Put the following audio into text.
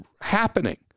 happening